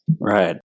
Right